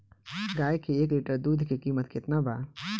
गाय के एक लीटर दुध के कीमत केतना बा?